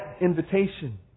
invitation